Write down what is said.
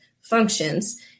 functions